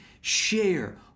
share